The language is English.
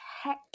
heck